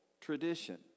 tradition